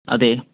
അതെ